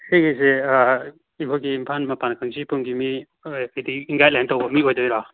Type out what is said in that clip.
ꯁꯤꯒꯤꯁꯦ ꯑꯩꯈꯣꯏꯒꯤ ꯏꯝꯐꯥꯜ ꯃꯄꯥꯜ ꯀꯥꯡꯖꯩꯕꯨꯡꯒꯤ ꯃꯤ ꯀꯔꯤ ꯀꯔꯤ ꯒꯥꯏꯠꯂꯥꯏꯟ ꯇꯧꯕ ꯃꯤ ꯑꯣꯏꯗꯣꯏꯔꯣ